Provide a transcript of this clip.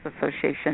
Association